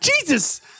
Jesus